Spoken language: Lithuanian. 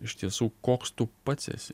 iš tiesų koks tu pats esi